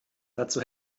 dazu